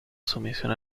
sumisión